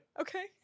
Okay